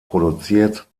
produziert